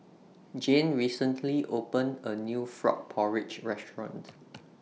Jane recently opened A New Frog Porridge Restaurant